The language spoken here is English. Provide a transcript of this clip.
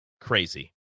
crazy